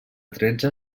tretze